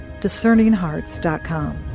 discerninghearts.com